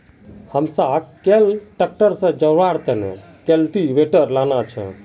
हमसाक कैल ट्रैक्टर से जोड़वार तने कल्टीवेटर लाना छे